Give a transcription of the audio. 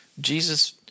Jesus